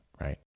right